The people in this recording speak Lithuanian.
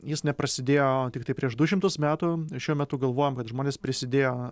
jis neprasidėjo tiktai prieš du šimtus metų šiuo metu galvojam kad žmonės prisidėjo